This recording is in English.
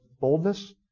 boldness